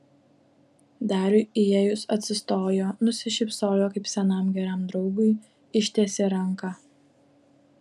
dariui įėjus atsistojo nusišypsojo kaip senam geram draugui ištiesė ranką